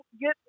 get